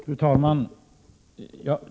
Fru talman!